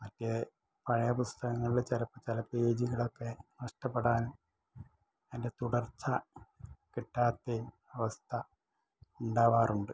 മറ്റേ പഴയ പുസ്തകൾങ്ങളിൽ ചിലപ്പം ചില പേജുകളൊക്കെ നഷ്ടപ്പെടാനും അതിൻ്റെ തുടർച്ച കിട്ടാത്തയും അവസ്ഥ ഉണ്ടാവാറുണ്ട്